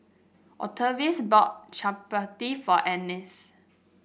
Octavius bought Chapati for Annice